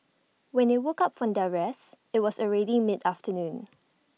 when they woke up from their rest IT was already mid afternoon